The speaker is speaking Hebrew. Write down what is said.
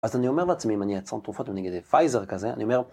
אז אני אומר לעצמי, אם אני יצרן תרופות, נגיד פייזר כזה, אני אומר...